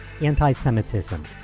anti-Semitism